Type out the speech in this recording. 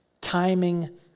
Timing